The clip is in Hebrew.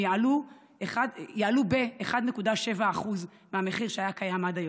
יעלו ב-1.7% מהמחיר שהיה קיים עד היום,